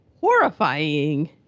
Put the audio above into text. horrifying